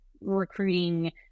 recruiting